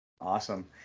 Awesome